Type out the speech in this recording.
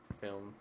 film